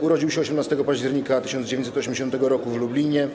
Urodził się 18 października 1980 r. w Lublinie.